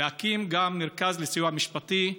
להקים גם מרכז לסיוע משפטי,